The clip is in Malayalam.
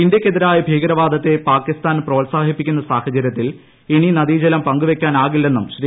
ഇന്ത്യയ്ക്ക് എതിരായ ഭീകരവാദത്തെ പാകിസ്ഥാൻ പ്രോത്സാഹിപ്പിക്കുന്ന സാഹചര്യത്തിൽ ഇനി നദീജലം പങ്കുവെക്കാനാകില്ലെന്നും ശ്രീ